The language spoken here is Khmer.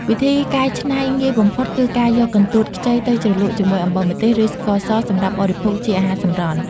វិធីកែច្នៃងាយបំផុតគឺការយកកន្ទួតខ្ចីទៅជ្រលក់ជាមួយអំបិលម្ទេស ឬស្ករសសម្រាប់បរិភោគជាអាហារសម្រន់។